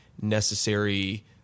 necessary